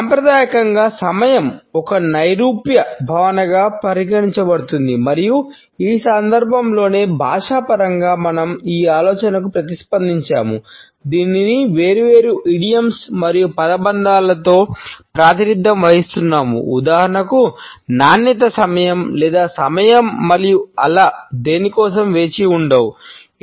సాంప్రదాయకంగా 'సమయం' ఒక నైరూప్య మరియు పదబంధాలలో ప్రాతినిధ్యం వహిస్తున్నాము ఉదాహరణకు 'నాణ్యత సమయం' లేదా 'సమయం మరియు అల దేని కోసం వేచి ఉండవు'